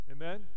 Amen